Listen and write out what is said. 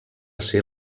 ser